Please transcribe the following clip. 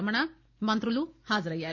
రమణ మంత్రులు హాజరయ్యారు